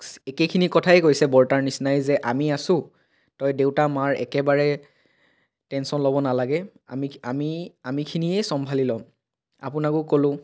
একেখিনি কথাই কৈছে বৰ্তাৰ নিচিনাই যে আমি আছোঁ তই দেউতা মাৰ একেবাৰে টেনচন ল'ব নালাগে আমি আমি আমিখিনিয়ে চম্ভালি ল'ম আপোনাকো ক'লোঁ